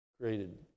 created